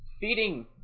feeding